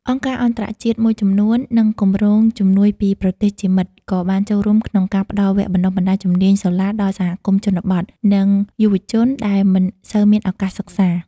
អង្គការអន្តរជាតិមួយចំនួន និងគម្រោងជំនួយពីប្រទេសជាមិត្តក៏បានចូលរួមក្នុងការផ្តល់វគ្គបណ្តុះបណ្តាលជំនាញសូឡាដល់សហគមន៍ជនបទ និងយុវជនដែលមិនសូវមានឱកាសសិក្សា។